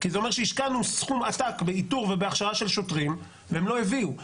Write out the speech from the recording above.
כי זה אומר שהשקענו סכום עתק באיתור ובהכשרה של שוטרים והם לא הביאו.